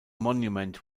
monument